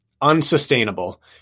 Unsustainable